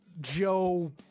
Joe